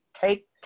take